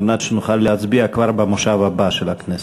מנת שנוכל להצביע כבר במושב הבא של הכנסת.